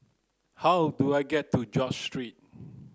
how do I get to George Street